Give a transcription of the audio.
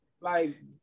Like-